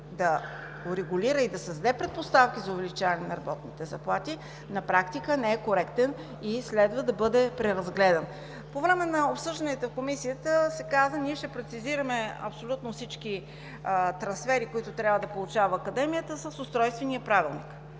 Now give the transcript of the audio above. да урегулира и да създаде предпоставки за увеличаване на работните заплати, на практика не е коректен и следва да бъде преразгледан. По време на обсъжданията в Комисията се каза: „Ние ще прецизираме абсолютно всички трансфери, които трябва да получава Академията с Устройствения правилник“,